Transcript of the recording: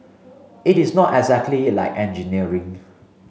it is not exactly like engineering